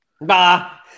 Bah